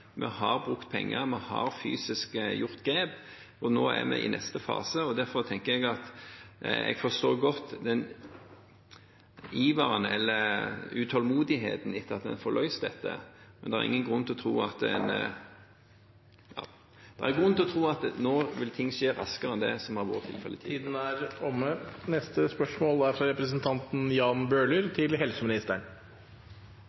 vi har brukt penger, vi har fysisk tatt grep, og nå er vi i neste fase. Jeg forstår godt iveren eller utålmodigheten etter å få løst dette, men det er grunn til å tro at ting nå vil skje raskere enn det som har vært tilfellet tidligere. Jeg vil gjerne stille følgende spørsmål til helseministeren: «Trass i korte avstander ligger tre av Oslo-sykehusene i bunnsjiktet for andel pasienter med hjerneinfarkt innlagt fire timer etter symptomer. Mens landsgjennomsnittet er